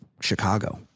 Chicago